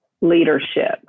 Leadership